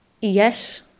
Yes